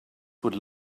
would